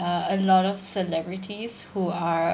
uh a lot of celebrities who are